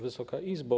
Wysoka Izbo!